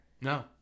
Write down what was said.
No